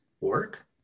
work